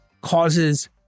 causes